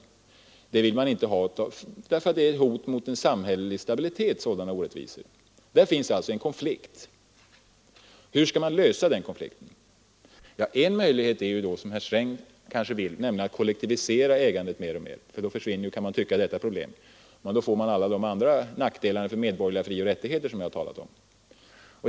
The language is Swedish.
Den vill man inte ha, därför att den är ett hot mot en samhällelig stabilitet. Där finns alltså en konflikt. Hur skall man lösa den? En möjlighet, som herr Sträng kanske vill nämna, är då att mer och mer kollektivisera ägandet. Då kan man tycka att problemet försvinner. Men då får man alla de andra nackdelarna för medborgerliga frioch rättigheter som jag har talat om.